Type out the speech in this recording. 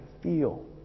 feel